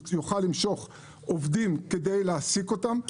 אם הוא יוכל למשוך עובדים כדי להעסיק אותם.